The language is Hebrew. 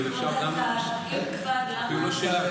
כבוד השר,